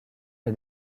est